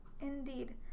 Indeed